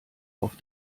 auf